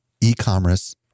e-commerce